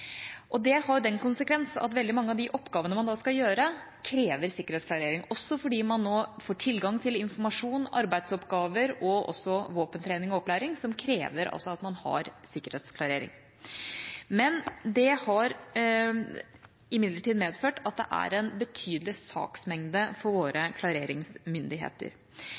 innhold. Det har den konsekvens at veldig mange av de oppgavene man skal gjøre, krever sikkerhetsklarering, også fordi man nå får tilgang til informasjon, arbeidsoppgaver, våpentrening og opplæring som krever at man har sikkerhetsklarering. Dette har imidlertid medført en betydelig saksmengde for våre klareringsmyndigheter.